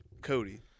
Cody